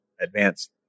advanced